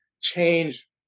change